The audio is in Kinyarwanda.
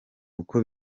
uko